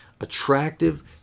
attractive